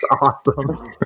awesome